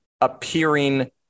appearing